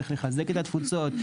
איך לחזק את התפוצות.